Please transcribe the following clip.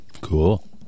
Cool